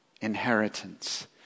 inheritance